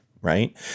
Right